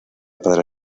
para